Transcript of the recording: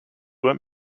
went